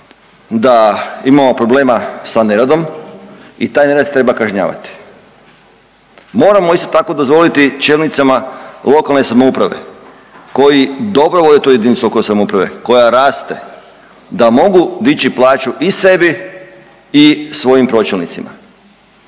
da imamo problema sa neradom i taj nerad treba kažnjavati. Moramo isto tako dozvoliti čelnicima lokalne samouprave koji dobro vode tu jedinicu lokalne samouprave, koja raste da mogu dići plaću i sebi i svojim pročelnicima.